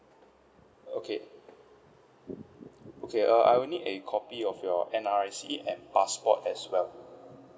okay okay uh I will need a copy of your N_R_I_C and passport as well